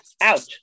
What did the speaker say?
Out